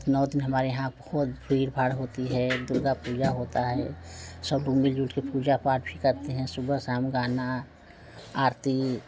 नौ दिन हमारे यहाँ खुद भीड़ भाड़ होती है दुर्गा पूजा होता है सब लोग मिलजुल के पूजा पाठ भी करते हैं सुबह शाम गाना आरती